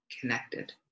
connected